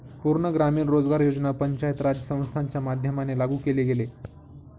पूर्ण ग्रामीण रोजगार योजना पंचायत राज संस्थांच्या माध्यमाने लागू केले गेले